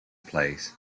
plays